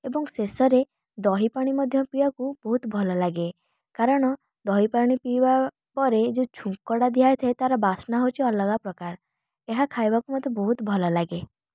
ଏବଂ ଶେଷରେ ଦହି ପାଣି ମଧ୍ୟ ପିଇବାକୁ ବହୁତ ଭଲ ଲାଗେ କାରଣ ଦହି ପାଣି ପିଇବା ପରେ ଯେଉଁ ଛୁଙ୍କଟା ଦିଆଯାଇଥାଏ ତାର ବାସ୍ନା ହେଉଛି ଅଲଗା ପ୍ରକାର ଏହା ଖାଇବାକୁ ମୋତେ ବହୁତ ଭଲ ଲାଗେ